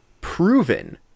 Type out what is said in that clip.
proven